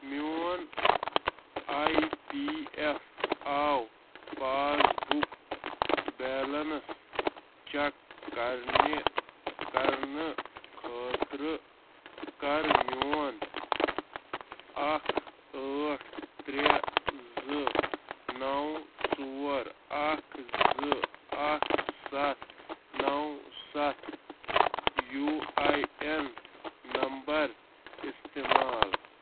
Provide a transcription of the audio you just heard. میون I P F O passbook balance check کرنہِ کرنہٕ خٲطرٕ کَر میون اَکھ ٲٹھ ترٛےٚ زٕ نَو ژور اَکھ زٕ اَکھ سَتھ نَو سَتھ یوٗ آی این نمبر استعمال